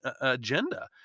agenda